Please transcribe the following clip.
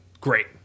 great